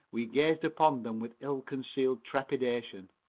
we gazed upon them with ill-concealed trepidation.